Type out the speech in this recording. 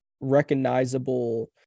recognizable